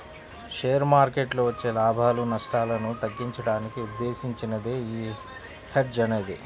share మార్కెట్టులో వచ్చే లాభాలు, నష్టాలను తగ్గించడానికి ఉద్దేశించినదే యీ హెడ్జ్ అనేది